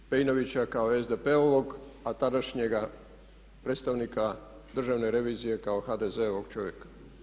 Pejnovića kao SDP-ovog a tadašnjega predstavnika državne revizije kao HDZ-ovog čovjeka.